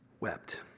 wept